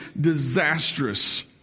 disastrous